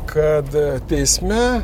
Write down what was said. kad teisme